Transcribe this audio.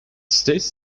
states